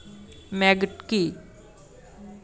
Maggot কি?